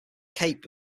cape